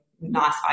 nice